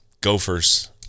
gophers